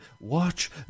watch